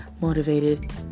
motivated